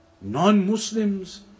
non-Muslims